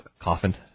coffin